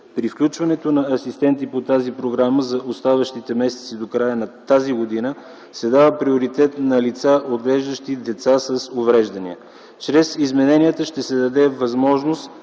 При включването на асистенти по тази програма за оставащите месеци до края на тази година се дава приоритет на лица, отглеждащи деца с увреждания.